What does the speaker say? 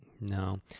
no